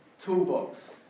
toolbox